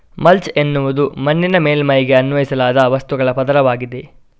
mulch ಎನ್ನುವುದು ಮಣ್ಣಿನ ಮೇಲ್ಮೈಗೆ ಅನ್ವಯಿಸಲಾದ ವಸ್ತುಗಳ ಪದರವಾಗಿದೆ